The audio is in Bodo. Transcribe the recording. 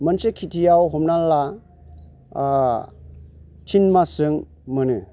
मोनसे खिथिआव हमना ला थिन मासजों मोनो